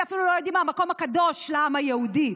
אפילו לא יודעים מה המקום הקדוש לעם היהודי.